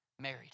married